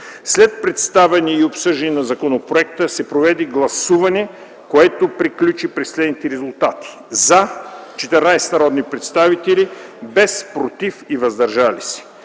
След представяне и обсъждане на законопроекта се проведе гласуване, което приключи при следните резултати: „за” – 14 народни представители, без „против” и „въздържали се”.